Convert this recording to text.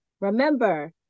Remember